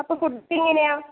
അപ്പോൾ ഫുഡ്ഡെങ്ങനെയാണ്